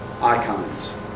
icons